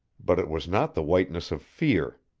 but it was not the whiteness of fear.